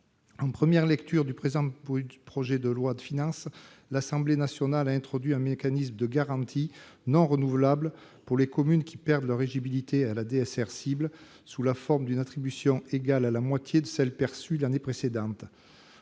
En première lecture du présent projet de loi de finances, l'Assemblée nationale a introduit un mécanisme de garantie non renouvelable pour les communes qui perdent leur éligibilité à la DSR « cible » sous la forme d'une attribution égale à la moitié de celle qui avait été perçue l'année précédente.